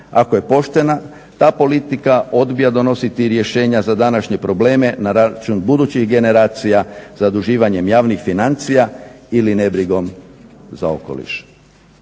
ako je poštena, ta politika odbija donositi rješenja za današnje probleme na račun budućih generacija zaduživanjem javnih financija ili nebrigom za okoliš.